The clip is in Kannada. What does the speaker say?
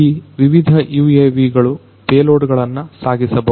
ಈ ವಿವಿಧ UAV ಗಳು ಪೇಲೋಡ್ ಗಳನ್ನ ಸಾಗಿಸಬಹುದು